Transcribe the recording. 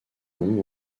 nom